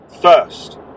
first